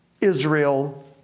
Israel